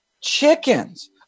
chickens